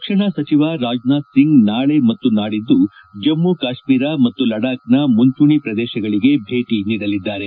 ರಕ್ಷಣಾ ಸಚಿವ ರಾಜನಾಥ್ ಸಿಂಗ್ ನಾಳೆ ಮತ್ತು ನಾಡಿದ್ದು ಜಮ್ಮು ಕಾಶ್ಮೀರ ಮತ್ತು ಲಡಾಖ್ನ ಮುಂಚೂಣಿ ಪ್ರದೇಶಗಳಿಗೆ ಭೇಟಿ ನೀಡಲಿದ್ದಾರೆ